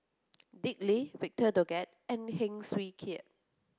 Dick Lee Victor Doggett and Heng Swee Keat